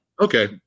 Okay